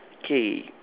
okay